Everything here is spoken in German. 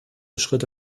schritte